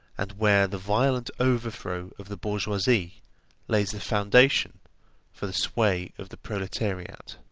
and where the violent overthrow of the bourgeoisie lays the foundation for the sway of the proletariat.